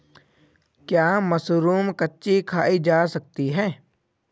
क्या मशरूम कच्ची खाई जा सकती है?